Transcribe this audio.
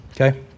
okay